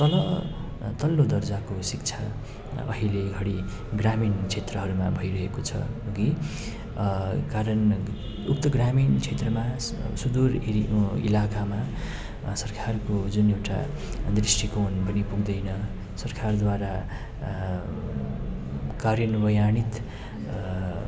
तल तल्लो दर्जाको शिक्षा अहिले घडी ग्रामीण क्षेत्रहरूमा भइरहेको छ हगि कारण उक्त ग्रामीण क्षेत्रमा सुदूर एर इलाकामा सरकारको जुन एउटा दृष्टिकोण पनि पुग्दैन सरकारद्वारा कार्यान्वयानित